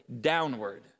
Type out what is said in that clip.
downward